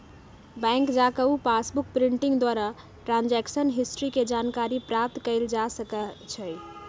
bank जा कऽ passbook printing द्वारा ट्रांजैक्शन हिस्ट्री के जानकारी प्राप्त कएल जा सकइ छै